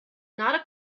not